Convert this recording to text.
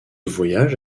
voyage